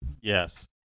Yes